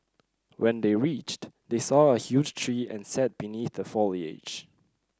when they reached they saw a huge tree and sat beneath the foliage